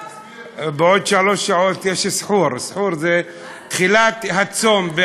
בעוד שלוש שעות יש סוחור, סוחור זה תחילת הצום.